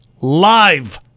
live